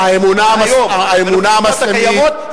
היום בנסיבות הקיימות,